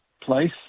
place